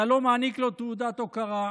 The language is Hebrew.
אתה לא מעניק לו תעודת הוקרה.